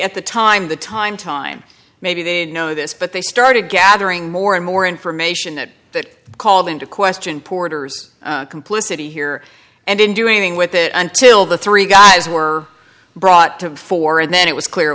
at the time the time time maybe they know this but they started gathering more and more information that that called into question porter's complicity here and in doing with it until the three guys were brought to four and then it was clear